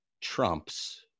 Trump's